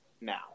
now